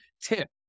tip